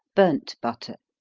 burnt butter.